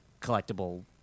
collectible